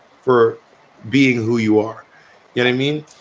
for being who you are yet, i mean,